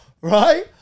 Right